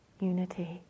unity